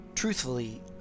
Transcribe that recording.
Truthfully